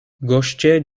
goście